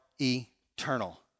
eternal